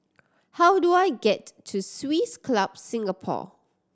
how do I get to Swiss Club Singapore